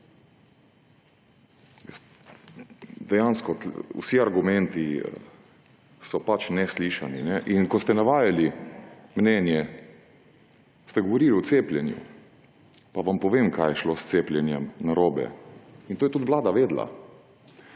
veste. Vsi argumenti so pač neslišani. In ko ste navajali mnenje, ste govorili o cepljenju. Pa vam povem, kaj je šlo s cepljenjem narobe. In to je tudi vlada vedela.